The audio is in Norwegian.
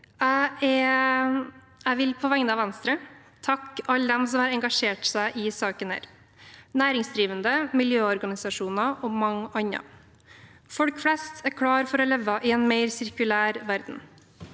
Jeg vil på vegne av Venstre takke alle dem som har engasjert seg i denne saken – næringsdrivende, miljøorganisasjoner og mange andre. Folk flest er klare for å leve i en mer sirkulær verden,